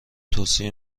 توصیه